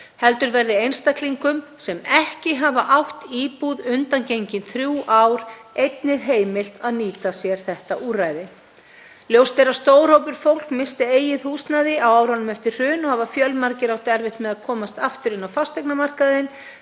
heldur verði einstaklingum sem ekki hafa átt íbúð undangengin þrjú ár einnig heimilt að nýta sér þetta úrræði. Ljóst er að stór hópur fólks missti eigið húsnæði á árunum eftir hrun og hafa fjölmargir átt erfitt með að komast aftur inn á fasteignamarkaðinn.